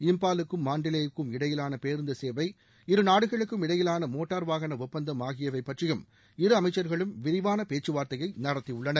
இம்பாலுக்கும் மாண்டலேவுக்கும் இடையிலான பேருந்து சேவை இரு நாடுகளுக்கும் இடையிலான மோட்டார் வாகன ஒப்பந்தம் ஆகியவை பற்றியும் இரு அமைச்சர்களும் விரிவான பேச்சுவார்த்தையை நடத்தியுள்ளனர்